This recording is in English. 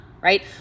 right